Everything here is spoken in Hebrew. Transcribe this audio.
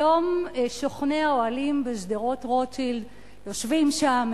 היום שוכני האוהלים בשדרות-רוטשילד יושבים שם,